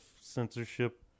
censorship